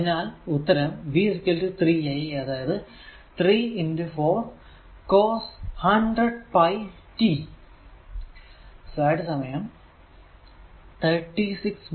അതിനാൽ ഉത്തരം v 3 I അതായതു 3 4 cross 100 പൈ t